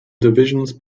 divisions